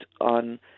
on